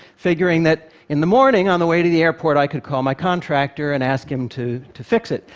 figuring that in the morning, on the way to the airport, i could call my contractor and ask him to to fix it.